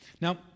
Now